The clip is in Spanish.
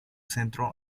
centro